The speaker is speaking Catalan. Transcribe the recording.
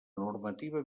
normativa